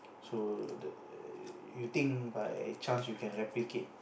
so the you think by chance you can replicate